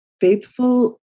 faithful